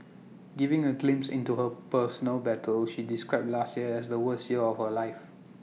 giving A glimpse into her personal battles she described last year as the worst year of her life